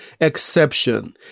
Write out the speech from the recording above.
exception